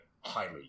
highly